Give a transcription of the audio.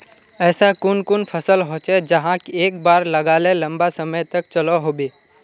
ऐसा कुन कुन फसल होचे जहाक एक बार लगाले लंबा समय तक चलो होबे?